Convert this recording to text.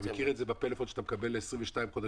אתה מכיר את זה שבפלאפון אתה מקבל 21 חודשים